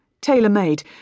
tailor-made